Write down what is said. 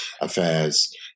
affairs